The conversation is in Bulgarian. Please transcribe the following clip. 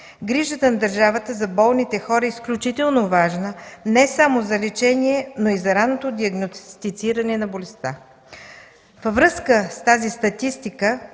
Грижата на държавата за болните хора е изключително важна не само за лечение, но и за ранното диагностициране на болестта. Във връзка с тази статистика